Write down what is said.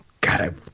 god